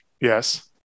Yes